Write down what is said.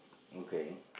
okay